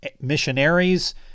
missionaries